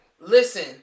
listen